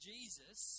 Jesus